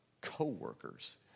co-workers